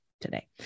today